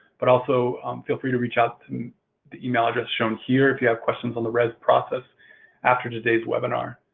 but also feel free to reach out to the e-mail address shown here if you have questions on the rez process after today's webinar.